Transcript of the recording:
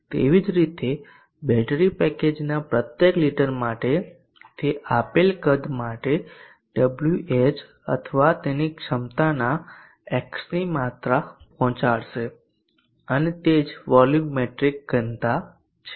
તેવી જ રીતે બેટરી પેકેજના પ્રત્યેક લિટર માટે તે આપેલ કદ માટે ડબ્લ્યુએચ અથવા તેની ક્ષમતાના x ની માત્રા પહોંચાડશે અને તે જ વોલ્યુમેટ્રિક ઘનતા છે